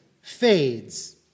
fades